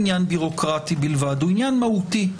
מובן שצריכים להסדיר את העניין מול משטרת